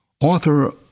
Author